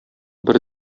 бер